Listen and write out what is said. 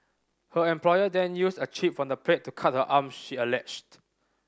her employer then used a chip from the plate to cut her arms she alleged